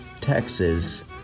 Texas